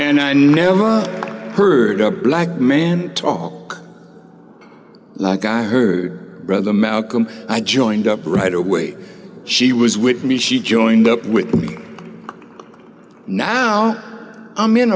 and i never heard a black man talk like i heard brother malcolm i joined up right away she was with me she joined up with me now i'm in